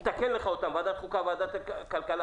אני אתקן לך בוועדת חוקה ובוועדת הכלכלה.